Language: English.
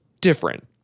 different